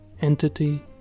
Entity